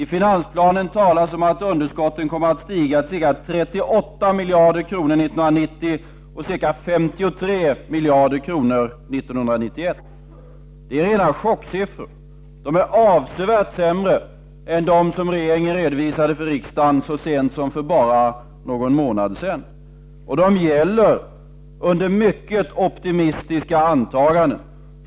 I finansplanen talas om att underskotten kommer att stiga till ca 38 miljarder kronor 1990 och ca 53 miljarder kronor 1991. Det är rena chocksiffrorna. De är avsevärt sämre än de som regeringen redovisade för riksdagen så sent som för någon månad sedan. De gäller under mycket optimistiska antaganden.